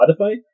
Spotify